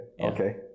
okay